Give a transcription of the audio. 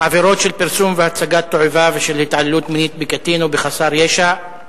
עבירות של פרסום והצגת תועבה ושל התעללות מינית בקטין או בחסר ישע.